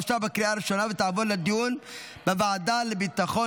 אושרה בקריאה הראשונה ותעבור לדיון בוועדה לביטחון